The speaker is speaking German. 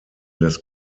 des